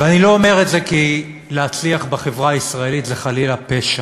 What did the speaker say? ואני לא אומר את זה כי להצליח בחברה הישראלית זה חלילה פשע,